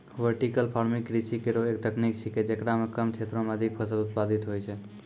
vertical farming कृषि केरो एक तकनीक छिकै, जेकरा म कम क्षेत्रो में अधिक फसल उत्पादित होय छै